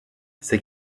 ses